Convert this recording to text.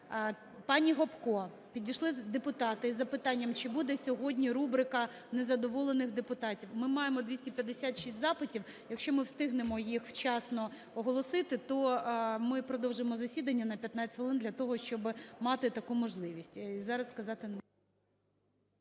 пані Гопко. Підійшли депутати із запитанням: чи буде сьогодні рубрика незадоволених депутатів? Ми маємо 256 запитів. Якщо ми встигнемо їх вчасно оголосити, то ми продовжимо засідання на 15 хвилин для того, щоби мати таку можливість,